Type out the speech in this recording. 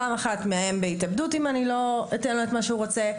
פעם אחת מאיים בהתאבדות אם אני לא אתן לו את מה שהוא רוצה,